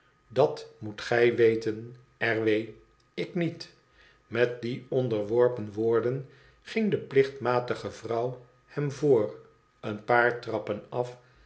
dat moet gij weten r w ik niet met die onderworpen woorden ging de plichtmatige vrouw hem voor een paar trappen af